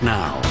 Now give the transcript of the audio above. now